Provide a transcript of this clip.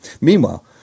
Meanwhile